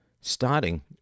starting